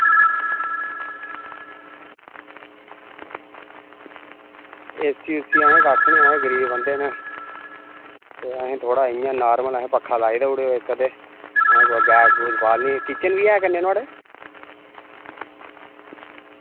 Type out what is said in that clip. AC असें कक्ख निं अस गरीब बंदे न ते असें थोह्ड़ा इंया नॉर्मल पक्खा लाई देई ओड़ेओ इक्क ते असें कुदै गैस बालनी किचन बी ऐ नुहाड़ै कन्नै